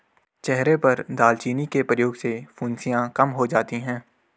चेहरे पर दालचीनी के प्रयोग से फुंसियाँ कम हो जाती हैं